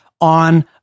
on